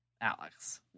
Alex